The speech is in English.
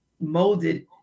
molded